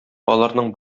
аларның